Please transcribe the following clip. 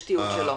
יש תיעוד שלו.